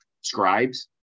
scribes